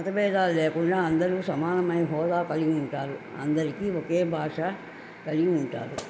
మతభేదాలు లేకుండా అందరు సమానమైన హోదా కలిగి ఉంటారు అందరికీ ఒకే భాష కలిగి ఉంటారు